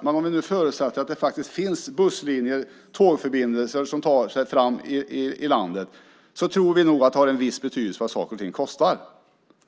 Men om vi nu förutsätter att det faktiskt finns busslinjer och tågförbindelser som tar sig fram i landet så tror vi nog att det har en viss betydelse vad saker och ting kostar.